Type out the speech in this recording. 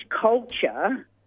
culture